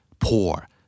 poor